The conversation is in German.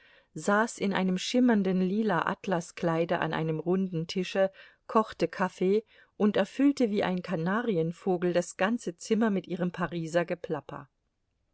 saß in einem schimmernden lila atlaskleide an einem runden tische kochte kaffee und erfüllte wie ein kanarienvogel das ganze zimmer mit ihrem pariser geplapper